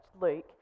Luke